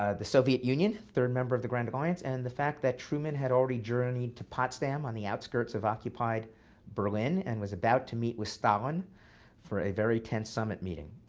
ah the soviet union, the third member of the grand alliance, and the fact that truman had already journeyed to potsdam on the outskirts of occupied berlin, and was about to meet with stalin for a very tense summit meeting.